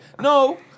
No